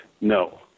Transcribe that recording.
no